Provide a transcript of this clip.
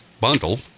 bundle